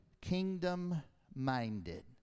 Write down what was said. kingdom-minded